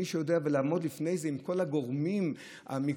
ולעמוד לפני זה עם כל הגורמים המקצועיים,